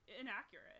inaccurate